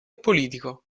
politico